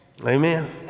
Amen